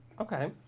Okay